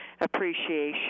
appreciation